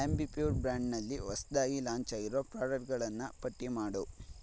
Ambi Pur ಬ್ರ್ಯಾಂಡ್ನಲ್ಲಿ ಹೊಸದಾಗಿ ಲಾಂಚಾಗಿರೊ ಪ್ರಾಡಕ್ಟ್ಗಳನ್ನು ಪಟ್ಟಿ ಮಾಡು